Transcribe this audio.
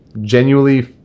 genuinely